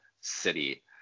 city